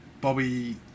Bobby